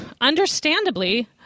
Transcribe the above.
understandably